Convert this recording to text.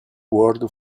world